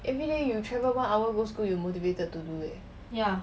everyday you travel one hour go school you motivated to do it